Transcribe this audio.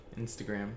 instagram